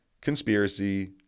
conspiracy